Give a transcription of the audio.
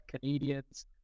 Canadians